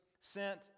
sent